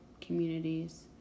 communities